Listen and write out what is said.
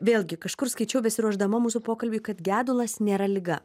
vėlgi kažkur skaičiau besiruošdama mūsų pokalbiui kad gedulas nėra liga